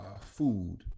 food